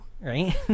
right